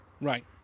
Right